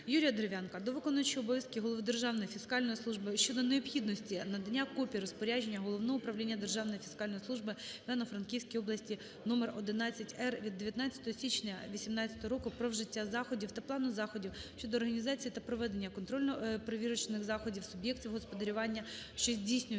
Юрія Дерев'янка до виконуючого обов'язки голови Державної фіскальної служби щодо необхідності надання копій розпорядження Головного управління Державної фіскальної служби в Івано-Франківській області номер 11-р від 19 січня 2018 року "Про вжиття заходів" та Плану заходів щодо організації та проведення контрольно-перевірочних заходів суб'єктів господарювання, що здійснюють